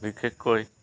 বিশেষকৈ